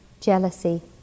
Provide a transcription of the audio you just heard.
jealousy